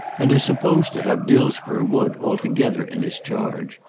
and is supposed to have dillsborough wood altogether in his charge.